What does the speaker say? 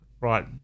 right